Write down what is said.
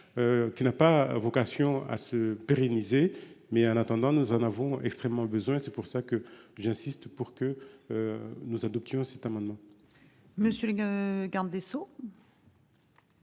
Qui n'a pas vocation à se pérenniser. Mais en attendant, nous en avons extrêmement besoin et c'est pour ça que j'insiste pour que. Nous adoptions cet amendement.